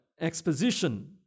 exposition